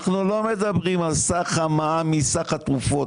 אנחנו לא מדברים על סך המע"מ מסך התרופות,